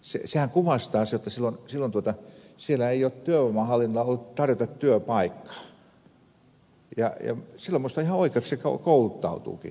sehän kuvastaa sitä jotta silloin ei työvoimahallinnolla ole ollut tarjota työpaikkaa ja silloin minusta on ihan oikein jotta näin kouluttautuukin